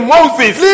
Moses